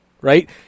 right